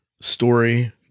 story